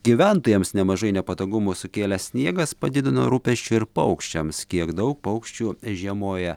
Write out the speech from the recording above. gyventojams nemažai nepatogumų sukėlęs sniegas padidino rūpesčių ir paukščiams kiek daug paukščių žiemoja